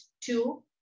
two